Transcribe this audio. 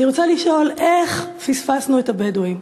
אני רוצה לשאול: איך פספסנו את הבדואים?